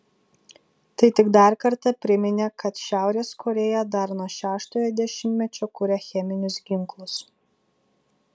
tai tik dar kartą priminė kad šiaurės korėja dar nuo šeštojo dešimtmečio kuria cheminius ginklus